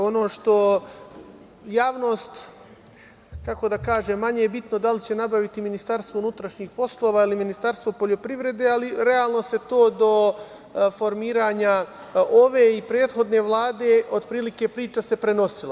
Ono što javnost, kako da kažem, manje je bitno da li će nabaviti Ministarstvo unutrašnjih poslova ili Ministarstvo poljoprivrede, ali realno se to do formiranja ove i prethodne Vlade, otprilike priča se prenosila.